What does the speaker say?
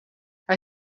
hij